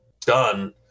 done